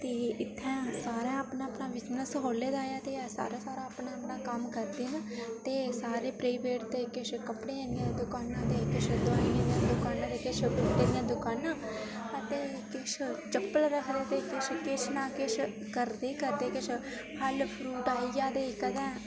ते इत्थैं सारें अपना अपना बिजनस खोह्ल्ले दा ऐ ते सारा सार अपना अपना कम्म करदे न ते सारे प्री पैड ते किश कपड़े दियां दुकानां ते किश दुआइयां दियां दुकानां ते किश बूह्टें दियां दकानां अ ते किश चप्पल गै खरीद दे किश किश किश ना किश करदे करदे किश फल फरूट आई जा ते कदें